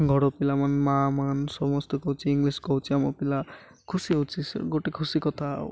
ଘର ପିଲାମାନେ ମାଆ ମାନେ ସମସ୍ତେ କହୁଚି ଇଂଲିଶ କହୁଛି ଆମ ପିଲା ଖୁସି ହେଉଛି ସେ ଗୋଟେ ଖୁସି କଥା ଆଉ